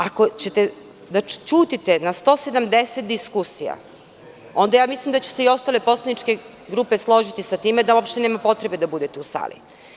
Ako ćete da ćutite na 170 diskusija, onda mislim da će se i ostali poslaničke grupe složiti sa time, da u opšte nema potrebe da bude u sali.